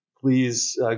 please